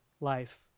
life